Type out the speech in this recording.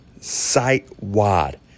site-wide